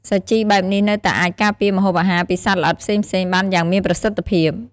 សាជីបែបនេះនៅតែអាចការពារម្ហូបអាហារពីសត្វល្អិតផ្សេងៗបានយ៉ាងមានប្រសិទ្ធភាព។